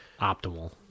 optimal